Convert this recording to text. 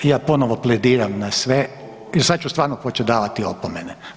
Ja ponovo plediram na sve i sad ću stvarno počet davati opomene.